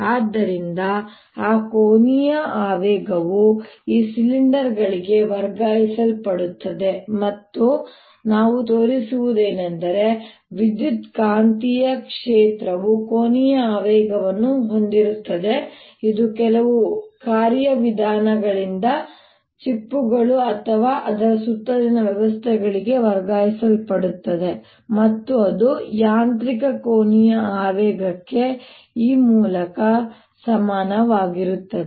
ಆದ್ದರಿಂದ ಆ ಕೋನೀಯ ಆವೇಗವು ಈಗ ಸಿಲಿಂಡರ್ಗಳಿಗೆ ವರ್ಗಾಯಿಸಲ್ಪಡುತ್ತದೆ ಮತ್ತು ಆದ್ದರಿಂದ ನಾವು ತೋರಿಸಿರುವುದು ಏನೆಂದರೆ ವಿದ್ಯುತ್ಕಾಂತೀಯ ಕ್ಷೇತ್ರವು ಕೋನೀಯ ಆವೇಗವನ್ನು ಹೊಂದಿರುತ್ತದೆ ಇದು ಕೆಲವು ಕಾರ್ಯವಿಧಾನಗಳಿಂದ ಚಿಪ್ಪುಗಳು ಅಥವಾ ಅದರ ಸುತ್ತಲಿನ ವ್ಯವಸ್ಥೆಗಳಿಗೆ ವರ್ಗಾಯಿಸಲ್ಪಡುತ್ತದೆ ಮತ್ತು ಅದು ಯಾಂತ್ರಿಕ ಕೋನೀಯ ಆವೇಗಕ್ಕೆ ಈ ಮೂಲಕ ಸಮಾನವಾಗಿರುತ್ತದೆ